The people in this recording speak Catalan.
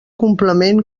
complement